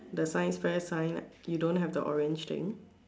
the science fair sign you don't have the orange thing